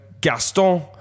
Gaston